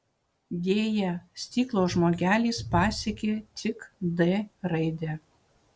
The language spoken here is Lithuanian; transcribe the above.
deja stiklo žmogelis pasiekė tik d raidę